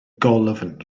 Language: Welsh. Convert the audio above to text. golofn